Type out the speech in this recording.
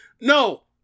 No